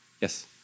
Yes